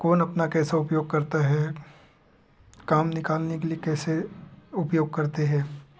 कौन अपना कैसा उपयोग करता है काम निकालने के लिए कैसे उपयोग करते हैं